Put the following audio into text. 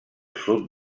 sud